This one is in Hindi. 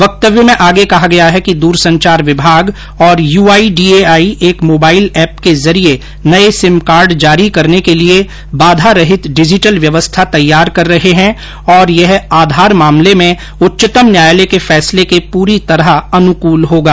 वक्तव्य में आगे कहा गया है कि दूरसंचार विभाग और यूआईडीएआई एक मोबाइल ऐप के जरिए नये सिम कार्ड जारी करने के लिए बाधा रहित डिजिटल व्यवस्था तैयार कर रहे हैं और यह आधार मामले में उच्चतम न्यायालय के फैसले के पूरी तरह अनुकूल होगा